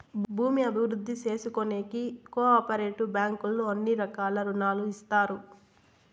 భూమి అభివృద్ధి చేసుకోనీకి కో ఆపరేటివ్ బ్యాంకుల్లో అన్ని రకాల రుణాలు ఇత్తారు